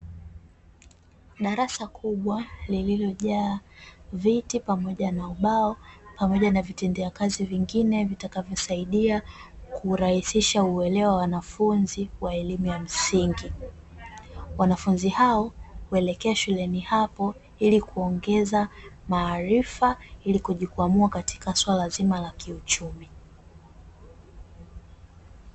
Darasa kubwa lililojaa viti pamoja na ubao pamoja na vitendea kazi vingine vitakavyosaidia kurahisisha uelewa wa wanafunzi wa elimu ya msingi. Wanafunzi hao huelekea shuleni hapo ili kuongeza maarifa ili kujikwamua katika suala zima la kiuchumi.